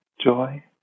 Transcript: joy